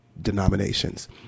denominations